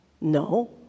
No